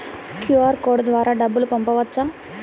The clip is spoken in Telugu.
క్యూ.అర్ కోడ్ ద్వారా డబ్బులు పంపవచ్చా?